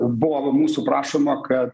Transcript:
buvo mūsų prašoma kad